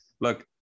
look